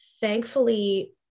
thankfully